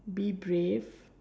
be brave